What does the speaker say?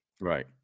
Right